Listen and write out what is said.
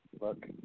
Look